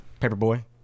Paperboy